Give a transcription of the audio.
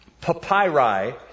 papyri